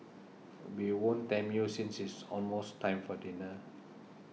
we won't tempt you since it's almost time for dinner